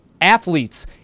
athletes